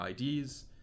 IDs